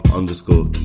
Underscore